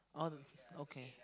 all the okay